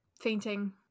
fainting